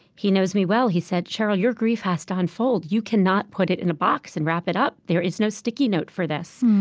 he knows me well. he said, sheryl, your grief has to unfold. you can not put it in a box and wrap it up. there is no sticky note for this.